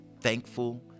thankful